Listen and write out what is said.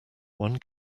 one